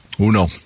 Uno